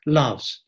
loves